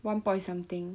one point something